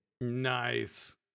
Nice